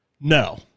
No